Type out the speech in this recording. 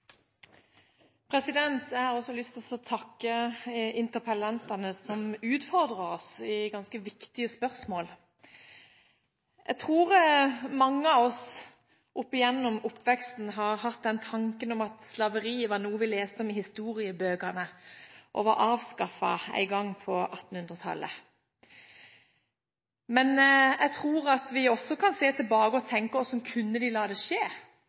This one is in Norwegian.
døtrer. Jeg har også lyst til å takke interpellantene, som utfordrer oss i ganske viktige spørsmål. Jeg tror mange av oss opp gjennom oppveksten har hatt den tanken at slaveri var noe vi leste om i historiebøkene, og som var avskaffet en gang på 1800-tallet. Men jeg tror at vi også kan se tilbake og tenke: Hvordan kunne de la det skje,